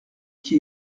qui